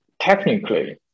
technically